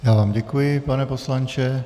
Já vám děkuji, pane poslanče.